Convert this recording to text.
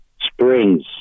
Springs